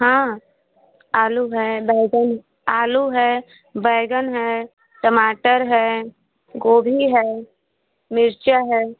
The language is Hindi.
हाँ आलू है बैंगन आलू है बैंगन है टमाटर है गोभी है मिर्च है